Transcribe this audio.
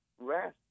rest